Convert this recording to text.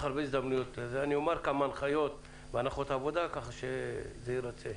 אני אומר כמה הנחיות והנחות עבודה כך שזה ירצה.